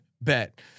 Bet